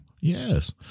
Yes